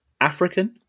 African